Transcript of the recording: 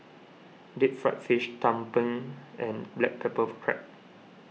Deep Fried Fish Tumpeng and Black Pepper Crab